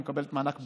המקבלת מענק בירה,